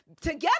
together